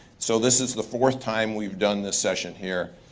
so this is the fourth time we've done this session here.